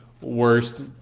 worst